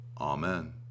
Amen